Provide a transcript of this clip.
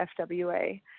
FWA